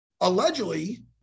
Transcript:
allegedly